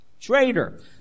traitor